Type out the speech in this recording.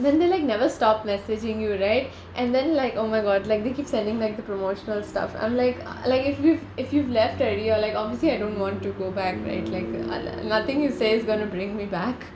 then they like never stopped messaging you right and then like oh my god like they keep sending like the promotional stuff I'm like like if you've if you've left already or like obviously I don't want to go back where it like uh nothing he says going to bring me back